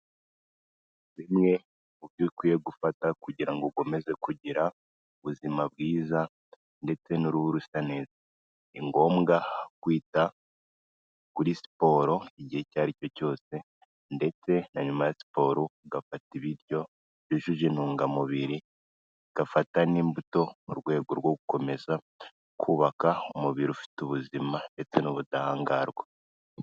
Bimwe mubyo ukwiye gufata kugira ngo ukomeze kugira ubuzima bwiza, ndetse n'uruhu rusa neza. Ni ngombwa kwita kuri siporo igihe icyaricyo cyose ndetse na nyuma ya siporo , ugafata ibiryo byujuje intungamubiri, ugufata n'imbuto mu rwego rwo gukomeza kubaka umubiri ufite ubuzima ndetse n'ubudahangarwa.